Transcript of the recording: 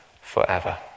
forever